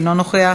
אינו נוכח,